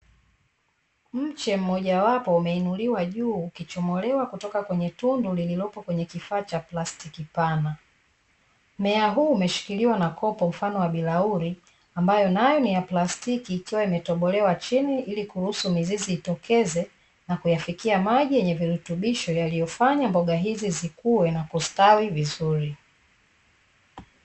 Mche mmojawapo, umeinuliwa juu, ukichomolewa kutoka kwenye tundu lililopo kwenye kifaa cha plastiki pana. Mmea huu umeshikiliwa na kopo, mfano wa bilauri, ambayo nayo ni ya plastiki, ikiwa imetobolea chini, ili iruhusu mizizi itokeze na kuyafikia maji yenye virutubisho, yaliyofanya mboga hizi zikue na kustawi vizuri.